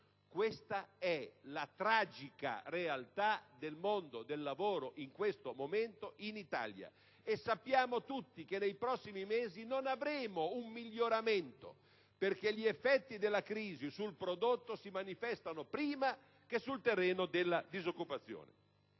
Questa è la tragica realtà del mondo del lavoro in questo momento in Italia e sappiamo tutti che nei prossimi mesi non avremo un miglioramento, perché gli effetti della crisi si manifestano sul prodotto prima che sul terreno della disoccupazione.